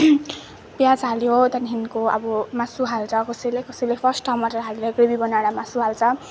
प्याज हाल्यो त्याँदेखिको आबो मासु हाल्छ कसैले कसैले फर्स्ट टमाटर हालेर ग्रेबी बनाएर अनि मासु हाल्छ